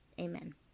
Amen